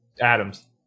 Adams